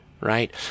right